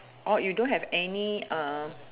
oh you don't have any uh